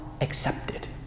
accepted